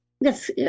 yes